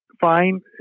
fine